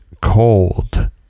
cold